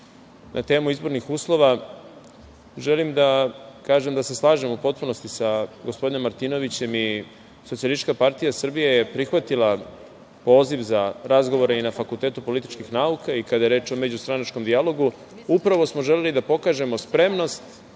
na temu izbornih uslova želim da kažem da se slažem u potpunosti sa gospodinom Martinovićem i SPS je prihvatila poziv za razgovore i na Fakultetu političkih nauka i kada je reč o međustranačkom dijalogu. Upravo smo želeli da pokažemo spremnost